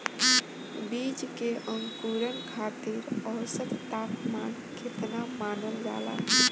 बीज के अंकुरण खातिर औसत तापमान केतना मानल जाला?